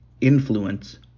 influence